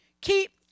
keep